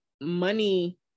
money